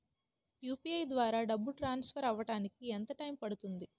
UPI ద్వారా డబ్బు transfer అవ్వడానికి ఎంత టైం పడుతుంది?